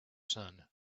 sun